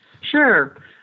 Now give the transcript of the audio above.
Sure